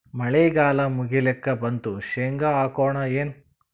ಮಳಿಗಾಲ ಮುಗಿಲಿಕ್ ಬಂತು, ಶೇಂಗಾ ಹಾಕೋಣ ಏನು?